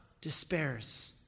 despairs